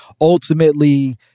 Ultimately